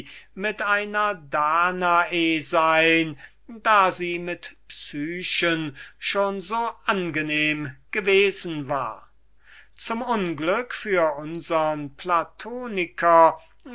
mit einer danae sein da sie mit psyche schon so angenehm gewesen war zum unglück für unsern